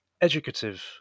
educative